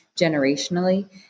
generationally